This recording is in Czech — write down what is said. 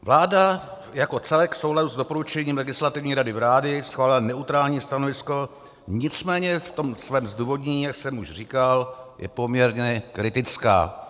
Vláda jako celek v souladu s doporučením Legislativní rady vlády schválila neutrální stanovisko, nicméně ve svém zdůvodnění, jak jsem už říkal, je poměrně kritická.